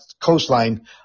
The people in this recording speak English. coastline